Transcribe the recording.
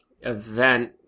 event